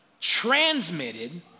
transmitted